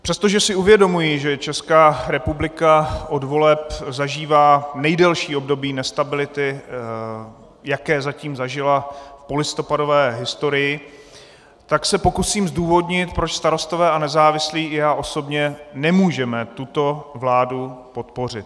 Přestože si uvědomuji, že Česká republika od voleb zažívá nejdelší období nestability, jaké zatím zažila v polistopadové historii, tak se pokusím zdůvodnit, proč Starostové a nezávislí i já osobně nemůžeme tuto vládu podpořit.